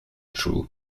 true